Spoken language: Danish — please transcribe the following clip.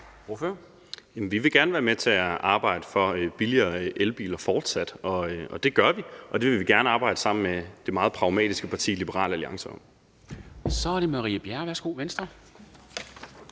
Vi vil gerne være med til at arbejde for billigere elbiler fortsat, og det gør vi, og det vil vi gerne arbejde sammen med det meget pragmatiske parti Liberal Alliance om. Kl. 12:04 Formanden (Henrik